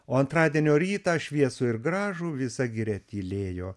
o antradienio rytą šviesų ir gražų visa giria tylėjo